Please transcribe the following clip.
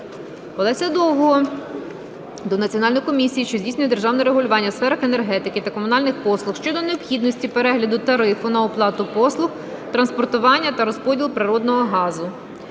Олеся Довгого до Національної комісії, що здійснює державне регулювання у сферах енергетики та комунальних послуг щодо необхідності перегляду тарифу на оплату послуг транспортування та розподіл природного газу.